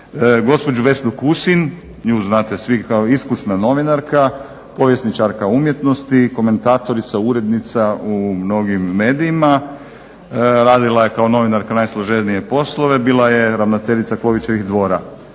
Gospođu Vesnu Kusin, nju znate svi kao iskusna novinarka, povjesničarka umjetnosti, komentatorica, urednica u mnogim medijima. Radila je kao novinarka najsloženije poslove. Bila je ravnateljica Klovićevih dvora.